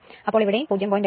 അപ്പോൾ ഇവിടെയും 0